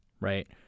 Right